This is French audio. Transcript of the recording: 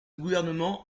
gouvernement